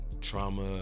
trauma